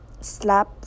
slap